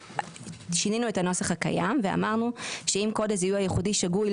שינינו את הנוסח הקיים ואמרנו שאם קוד הזיהוי הייחודי שגוי,